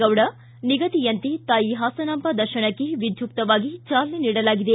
ಗೌಡ ನಿಗಧಿಯಂತೆ ತಾಯಿ ಹಾಸನಾಂಬ ದರ್ಶನಕ್ಕೆ ವಿದ್ಯುಕ್ಷವಾಗಿ ಚಾಲನೆ ನೀಡಲಾಗಿದೆ